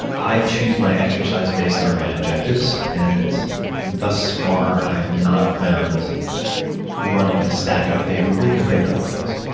i choose my exercise based on my objectives. and thus far i have not found running to stack up favorably compared to other things.